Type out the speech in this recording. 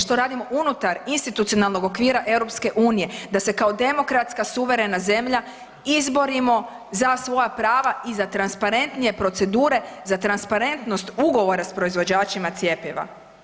Što radimo unutar institucionalnog okvira EU da se kao demokratska suverena zemlja izborimo za svoja prava i za transparentnije procedure za transparentnost ugovora s proizvođačima cjepiva?